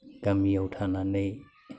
गामियाव थानानै